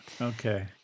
okay